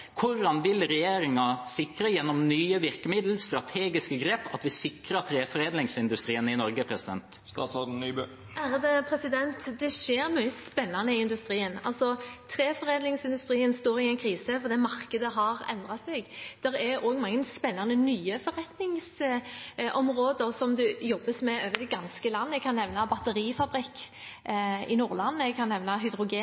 Hvordan vil regjeringen, gjennom nye virkemiddel og strategiske grep, sikre treforedlingsindustrien i Norge? Det skjer mye spennende i industrien. Treforedlingsindustrien står i en krise fordi markedet har endret seg. Det er også mange nye spennende forretningsområder som det jobbes med over det ganske land. Jeg kan nevne en batterifabrikk i Nordland. Jeg kan nevne hydrogen.